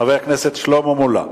חבר הכנסת שלמה מולה.